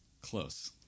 close